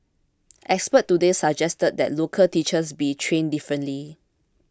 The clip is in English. experts today also suggested that local teachers be trained differently